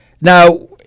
Now